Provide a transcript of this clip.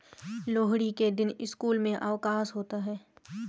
लोहड़ी के दिन स्कूल में अवकाश होता है